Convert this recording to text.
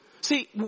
See